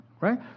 right